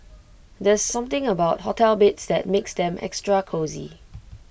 there's something about hotel beds that makes them extra cosy